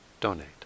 donate